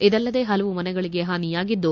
ಇದಲ್ಲದೆ ಹಲವು ಮನೆಗಳಗೆ ಹಾನಿಯಾಗಿದ್ದು